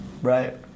Right